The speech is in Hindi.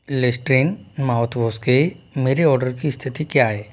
लिस्ट्रीन माउथवॉश के मेरे ऑर्डर की स्थिति क्या है